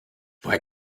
woher